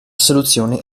soluzione